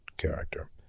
character